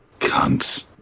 cunts